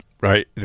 Right